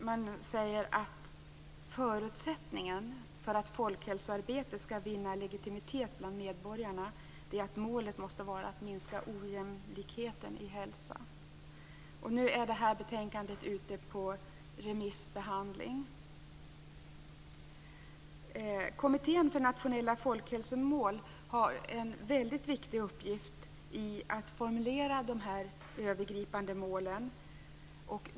Man säger att förutsättningen för att folkhälsoarbetet skall vinna legitimitet bland medborgarna är att målet måste vara att minska ojämlikheten när det gäller hälsa. Betänkandet remissbehandlas nu. Kommittén för nationella folkhälsomål har en väldigt viktig uppgift i att formulera dessa övergripande mål.